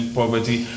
poverty